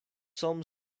some